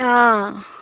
অঁ